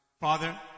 Father